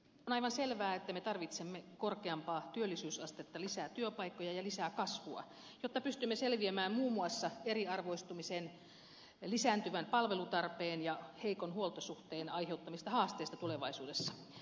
aivan selvää että me tarvitsemme korkeampaa työllisyysastetta lisää työpaikkoja ja lisää kasvua jotta pystymme selviämään muun muassa eriarvoistumisen lisääntyvän palvelutarpeen ja heikon huoltosuhteen aiheuttamista haasteista tulevaisuudessa